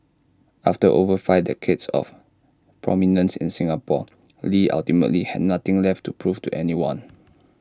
after over five decades of prominence in Singapore lee ultimately had nothing left to prove to anyone